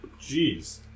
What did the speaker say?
jeez